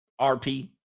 RP